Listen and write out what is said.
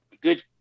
good